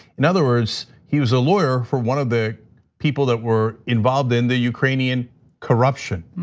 in other words, he was a lawyer for one of the people that were involved in the ukrainian corruption.